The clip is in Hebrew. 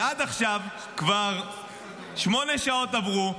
ועד עכשיו כבר שמונה שעות עברו,